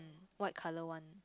white colour one